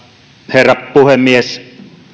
herra puhemies